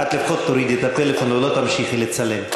את לפחות תורידי את הטלפון ולא תמשיכי לצלם,